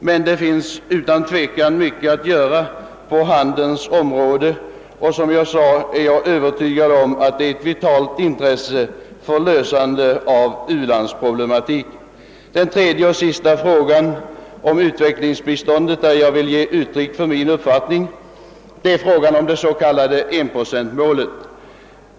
Men det finns otvivelaktigt mycket att göra på handelns område som är av vitalt intresse för att lösa u-landsproblematiken. Den tredje och sista frågan gäller utvecklingsbiståndet. Jag vill här ge uttryck för min uppfattning om det s.k. enprocentmålet.